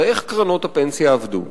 הרי איך קרנות פנסיה עבדו?